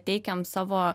teikiam savo